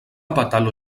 batalo